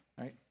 right